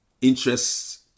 interests